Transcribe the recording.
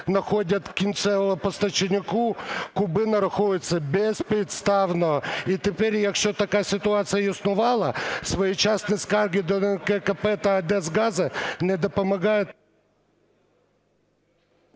надходять кінцевому поставщику, куби нараховуються безпідставно. І тепер якщо така ситуація існувала, своєчасні скарги до НКРЕКП та НАК "Нафтогазу" не допомагають...